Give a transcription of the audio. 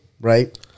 right